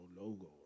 logo